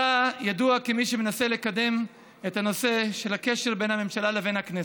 אתה ידוע כמי שמנסה לקדם את הנושא של הקשר בין הממשלה לבין הכנסת.